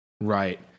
Right